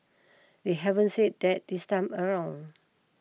they haven't said that this time around